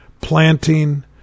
planting